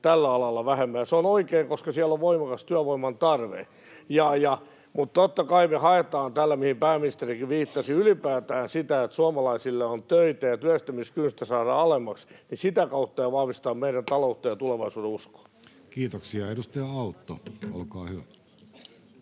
tällä alalla vähemmän. Se on oikein, koska siellä on voimakas työvoiman tarve. Totta kai me haetaan tällä, mihin pääministerikin viittasi, ylipäätään sitä, että suomalaisille on töitä ja työllistämiskynnystä saadaan alemmaksi, ja sitä kautta tämä vahvistaa meidän taloutta ja tulevaisuudenuskoa. Kiitoksia. — Edustaja Autto, olkaa hyvä.